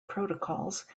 protocols